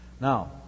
Now